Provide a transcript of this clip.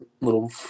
little